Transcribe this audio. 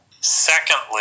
secondly